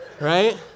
right